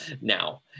now